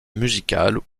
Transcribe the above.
musical